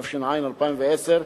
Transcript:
התש"ע 2010,